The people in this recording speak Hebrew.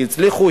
הם הצליחו,